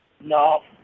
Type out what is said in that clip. No